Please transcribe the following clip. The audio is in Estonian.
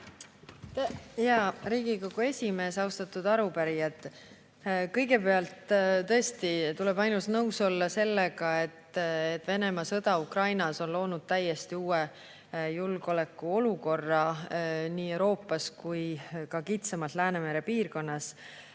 Hea Riigikogu esimees! Austatud arupärijad! Kõigepealt tuleb tõesti ainult nõus olla sellega, et Venemaa sõda Ukrainas on loonud täiesti uue julgeolekuolukorra nii Euroopas kui ka kitsamalt Läänemere piirkonnas.